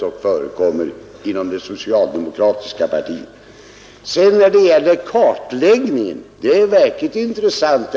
Den kartläggning som herr Ahlmark talade om tycker jag är verkligt intressant.